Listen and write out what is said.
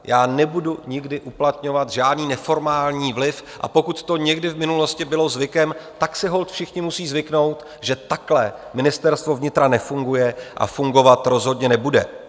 Já nebudu nikdy uplatňovat žádný neformální vliv, a pokud to někdy v minulosti bylo zvykem, tak si holt všichni musí zvyknout, že takhle Ministerstvo vnitra nefunguje a fungovat rozhodně nebude.